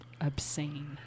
obscene